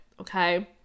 okay